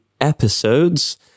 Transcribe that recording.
episodes